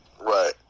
right